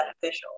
beneficial